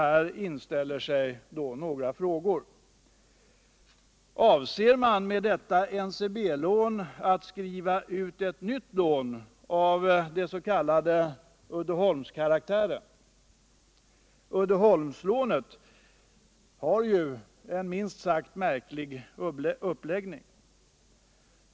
Här inställer sig då några frågor: Avser man med detta NCB-lån att skriva ut ett nytt lån av s.k. Uddeholmskaraktär? Uddeholmslånet har ju en minst sagt märklig uppläggning.